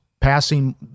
passing